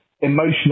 emotional